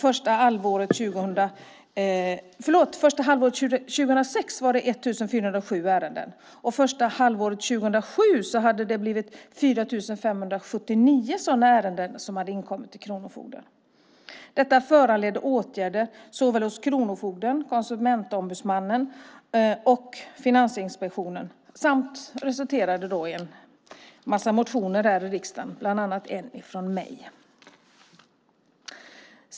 Första halvåret 2006 var det 1 407 ärenden, och första halvåret 2007 hade 4 579 sådana ärenden inkommit till kronofogden. Detta föranledde åtgärder såväl hos kronofogden som hos Konsumentombudsmannen och Finansinspektionen samt resulterade i en massa motioner i riksdagen, bland annat en från mig.